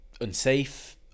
unsafe